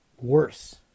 worse